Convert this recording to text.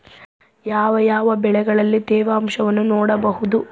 ಯಾವ ಯಾವ ಬೆಳೆಗಳಲ್ಲಿ ತೇವಾಂಶವನ್ನು ನೋಡಬಹುದು?